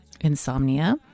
insomnia